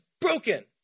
broken